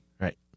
right